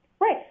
Right